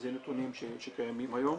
אלה נתונים שקיימים היום.